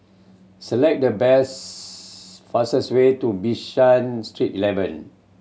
select the best fastest way to Bishan Street Eleven